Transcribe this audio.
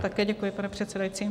Také děkuji, pane předsedající.